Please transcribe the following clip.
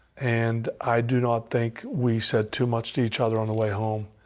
and i do not think we said too much to each other on the way home,